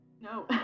No